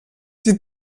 die